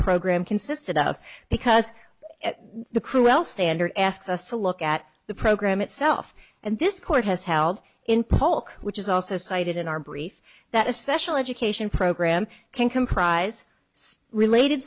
program consisted of because the cruel standard asks us to look at the program itself and this court has held in polk which is also cited in our brief that a special education program can comprise related